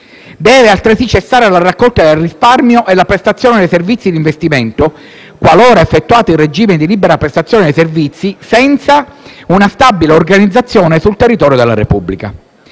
Devono altresì cessare la raccolta del risparmio e la prestazione dei servizi di investimento, qualora effettuati in regime di libera prestazione dei servizi, senza una stabile organizzazione sul territorio della Repubblica.